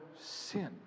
sin